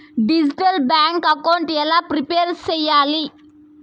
Digital bank account ఎలా prepare సెయ్యాలి?